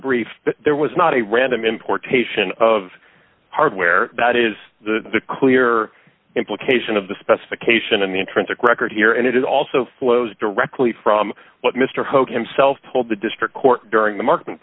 brief there was not a random importation of hardware that is the clear implication of the specification in the intrinsic record here and it is also flows directly from what mr hope himself told the district court during the martin